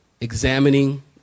Examining